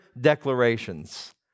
declarations